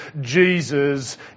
Jesus